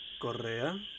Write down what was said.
Correa